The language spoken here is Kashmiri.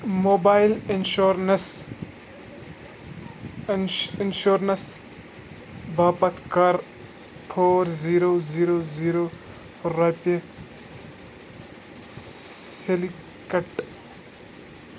موبایِل اِنشورنِس اِنشورنَس باپتھ کَر فور زیٖرو زیٖرو زیٖرو رۄپیہِ سِلِکَٹ